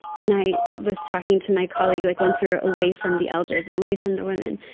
and i was talking to my colleague, like, once we were away from the elders and away from the women.